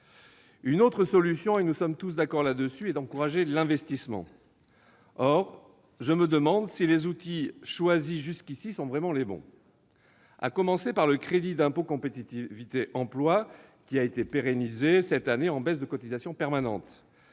Une autre solution, sur laquelle nous sommes tous d'accord, est d'encourager l'investissement. Or je me demande si les outils choisis jusqu'ici sont vraiment les bons. À commencer par le crédit d'impôt pour la compétitivité et l'emploi, le CICE, qui a été pérennisé cette année en baisse de cotisations permanente.